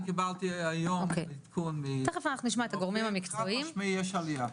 אז אני דיברתי היום --- חד משמעי יש עלייה.